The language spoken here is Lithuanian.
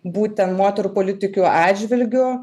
būten moterų politikių atžvilgiu